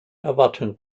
erwarten